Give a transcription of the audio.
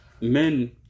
men